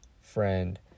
friend